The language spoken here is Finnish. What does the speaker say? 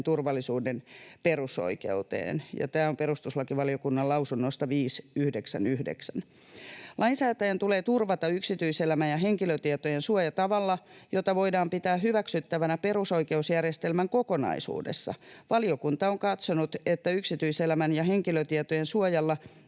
turvallisuuden perusoikeuteen.” — Tämä on perustuslakivaliokunnan lausunnosta 5/1999. — ”Lainsäätäjän tulee turvata yksityiselämän ja henkilötietojen suoja tavalla, jota voidaan pitää hyväksyttävänä perusoikeusjärjestelmän kokonaisuudessa. Valiokunta on katsonut, että yksityiselämän ja henkilötietojen suojalla